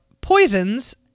poisons